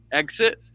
exit